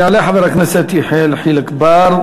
יעלה חבר הכנסת יחיאל חיליק בר,